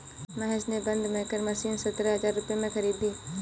महेश ने बंद maker machine सतरह हजार रुपए में खरीदी